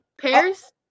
Pears